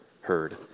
heard